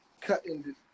cutting